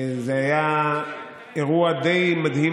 זה המצב המשפטי.